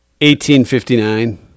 1859